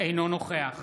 אינו נוכח